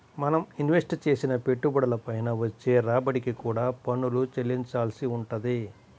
మనం ఇన్వెస్ట్ చేసిన పెట్టుబడుల పైన వచ్చే రాబడికి కూడా పన్నులు చెల్లించాల్సి వుంటది